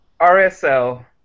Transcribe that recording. RSL